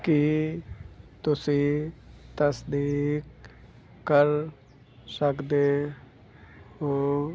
ਕੀ ਤੁਸੀਂ ਤਸਦੀਕ ਕਰ ਸਕਦੇ ਹੋ